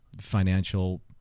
financial